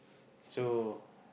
so